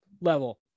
level